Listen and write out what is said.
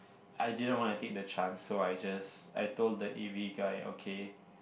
I didn't wanna take the chance so I just I told the A_V guy okay